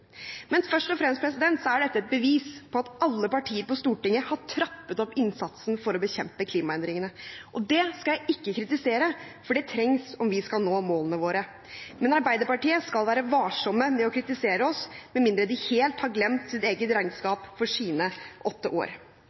Men Arbeiderpartiet skal være varsomme med å kritisere oss, med mindre de helt har glemt sitt eget regnskap for sine åtte år.